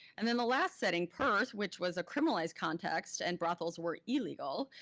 and then the last setting, perth, which was a criminalized context and brothels were illegal,